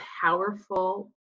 powerful